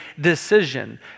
decision